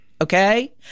Okay